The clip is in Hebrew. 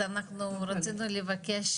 אז אנחנו רצינו לבקש,